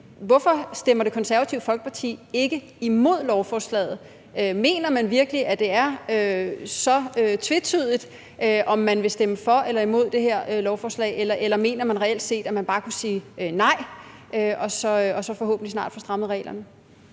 hvorfor stemmer Det Konservative Folkeparti ikke imod lovforslaget? Mener man virkelig, at det er så tvetydigt, i forhold til om man vil stemme for eller imod det her lovforslag, eller mener man reelt set, at man bare kunne sige nej, så vi forhåbentlig snart kunne få strammet reglerne?